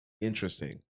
Interesting